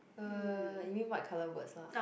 uh you mean what color words lah